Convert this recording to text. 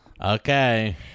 Okay